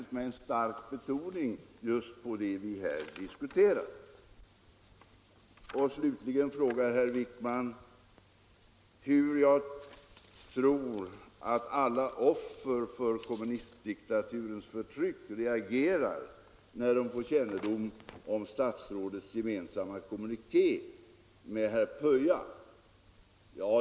Jag betonade särskilt starkt det vi här har diskuterat. Herr Wijkman frågar slutligen hur jag tror alla offer för kommunistdiktaturens förtryck reagerar när de får kännedom om den gemensamma kommunikén.